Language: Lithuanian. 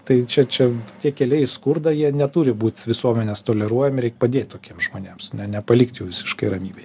tai čia čia tie keliai į skurdą jie neturi būt visuomenės toleruojami reik padėt tokiems žmonėms na nepalikt jų visiškai ramybėj